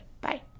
bye